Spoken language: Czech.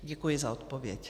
Děkuji za odpověď.